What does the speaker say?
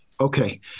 Okay